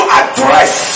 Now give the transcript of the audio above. address